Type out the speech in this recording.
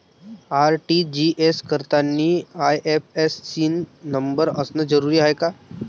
RTGS करतांनी IFSC न number असनं जरुरीच हाय का?